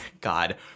God